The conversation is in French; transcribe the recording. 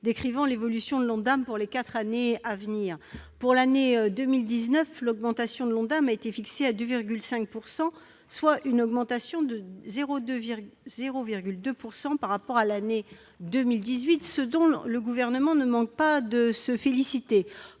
décrit l'évolution de l'ONDAM pour les quatre années à venir. Pour l'année 2019, l'augmentation de l'ONDAM a été fixée à 2,5 %, soit une amélioration de 0,2 point par rapport à l'année 2018, ce dont le Gouvernement ne manque pas de se féliciter.